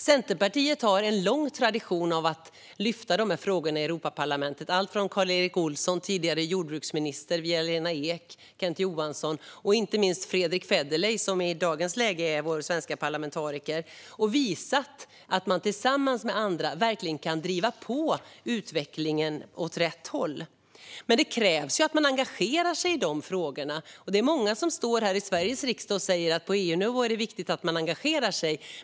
Centerpartiet har en lång tradition av att lyfta dessa frågor i Europaparlamentet - från den tidigare jordbruksministern Karl Erik Olsson via Lena Ek och Kent Johansson till, inte minst, Fredrick Federley, som är vår svenska parlamentariker i dag - och visa att man tillsammans med andra verkligen kan driva på utvecklingen åt rätt håll. Men det krävs att man engagerar sig i dessa frågor. Många står här i Sveriges riksdag och säger att det är viktigt att man engagerar sig på EU-nivå.